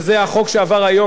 וזה החוק שעבר היום,